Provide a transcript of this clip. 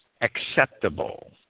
acceptable